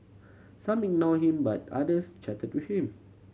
some ignored him but others chatted with him